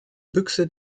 büchse